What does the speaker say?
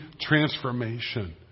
transformation